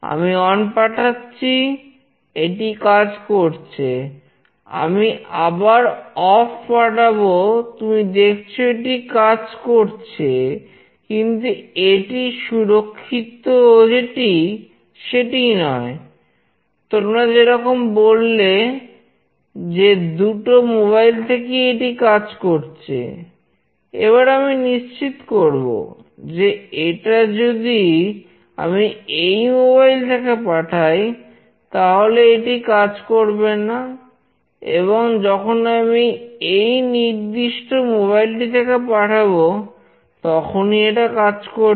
আমি অন টি থেকে পাঠাবো তখনই এটা কাজ করবে